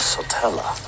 Sotella